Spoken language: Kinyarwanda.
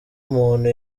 umuntu